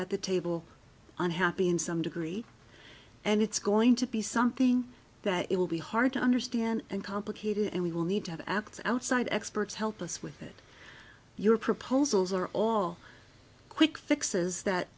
at the table unhappy in some degree and it's going to be something that it will be hard to understand and complicated and we will need to have act outside experts help us with it your proposals are all quick fixes that